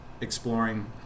exploring